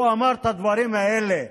הוא אמר את הדברים האלה.